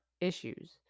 issues